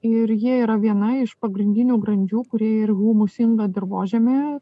ir jie yra viena iš pagrindinių grandžių kurie ir humusingą dirvožemį